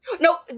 No